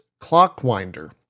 Clockwinder